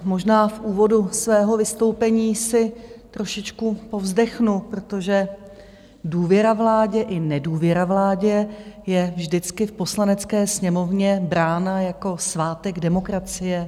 Možná v úvodu svého vystoupení si trošičku povzdechnu, protože důvěra vládě i nedůvěra vládě je vždycky v Poslanecké sněmovně brána jako svátek demokracie.